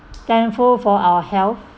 thankful for our health